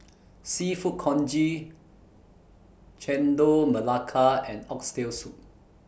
Seafood Congee Chendol Melaka and Oxtail Soup